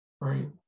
Right